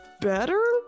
better